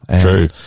True